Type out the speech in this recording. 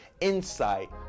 insight